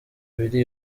biri